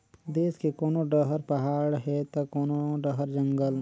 देस के कोनो डहर पहाड़ हे त कोनो डहर जंगल